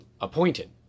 appointed